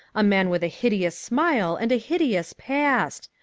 a man with a hideous smile and a hideous past.